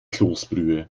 kloßbrühe